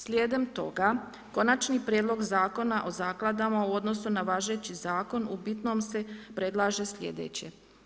Slijedom toga Konačni prijedlog Zakona o zakladama u odnosu na važeći zakon u bitnom se predlaže slijedeće.